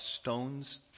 stone's